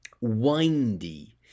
windy